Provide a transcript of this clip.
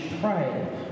pray